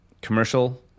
commercial